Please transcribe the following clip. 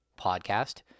Podcast